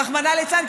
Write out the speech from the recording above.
רחמנא ליצלן,